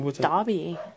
Dobby